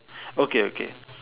okay okay